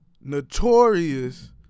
notorious